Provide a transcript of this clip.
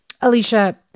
Alicia